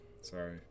Sorry